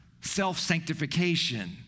self-sanctification